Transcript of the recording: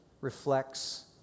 reflects